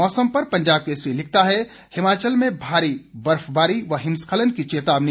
मौसम पर पंजाब केसरी लिखता है हिमाचल में भारी बर्फबारी व हिस्खलन की चेतावनी